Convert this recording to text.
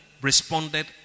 responded